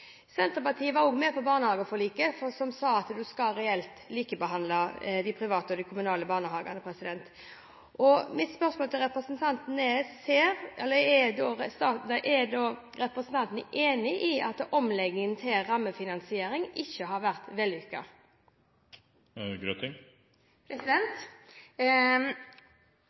Senterpartiet var også med på barnehageforliket som sa at en skal reelt likebehandle de private og de kommunale barnehagene. Mitt spørsmål blir da: Er representanten enig i at omleggingen til rammefinansiering ikke har vært vellykket? Jeg kan ikke si at jeg er enig i at omleggingen til rammefinansiering ikke har vært